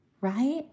right